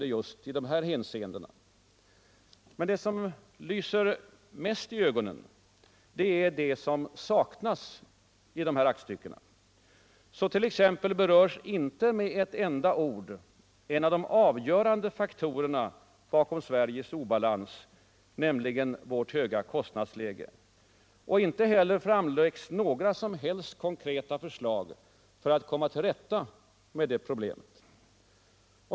Finansdebatt Finansdebatt 100 Men det som lyser mest i ögonen är vad som saknas i detta aktstycke. Så t.ex. berörs inte med ett enda ord en av de avgörande faktorerna bakom Sveriges obalans, nämligen vårt höga kostnadsläge. Inte heller framläggs några som helst. konstruktiva förslag för att komma till rätta med det problemet.